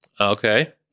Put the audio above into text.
Okay